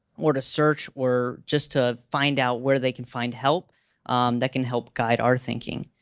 or to search, or just to find out where they can find help that can help guide our thinking?